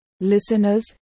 listeners